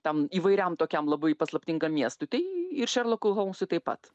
tam įvairiam tokiam labai paslaptingam miestui tai ir šerlokui holmsui taip pat